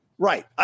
Right